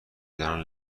دارن